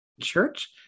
church